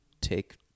take